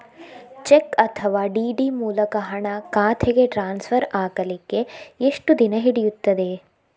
Check ಅಥವಾ DD ಮೂಲಕ ಹಣ ಖಾತೆಗೆ ಟ್ರಾನ್ಸ್ಫರ್ ಆಗಲಿಕ್ಕೆ ಎಷ್ಟು ದಿನ ಹಿಡಿಯುತ್ತದೆ?